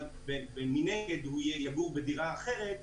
אבל מנגד הוא יגור בדירה אחרת,